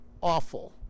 awful